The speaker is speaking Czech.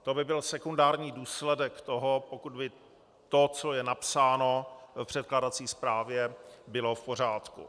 To by byl sekundární důsledek toho, pokud by to, co je napsáno v předkládací zprávě, bylo v pořádku.